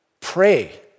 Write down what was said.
Pray